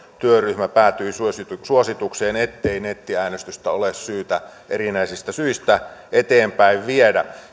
työryhmä päätyi suositukseen suositukseen ettei nettiäänestystä ole syytä erinäisistä syistä eteenpäin viedä